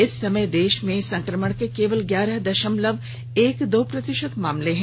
इस समय देश में संक्रमण के केवल ग्यारह दशमलव एक दो प्रतिशत मामले हैं